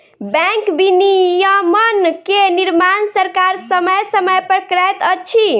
bank विनियमन के निर्माण सरकार समय समय पर करैत अछि